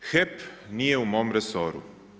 HEP nije u mom resoru.